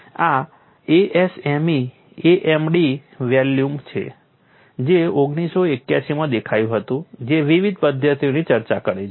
આ ASME AMD volume છે જે 1981 માં દેખાયુ હતું જે વિવિધ પદ્ધતિઓની ચર્ચા કરે છે